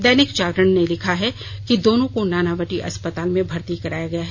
दैनिक जागरण ने लिखा है कि दोनों को नानावटी अस्पताल में भर्ती कराया गया है